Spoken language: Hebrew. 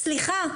סליחה.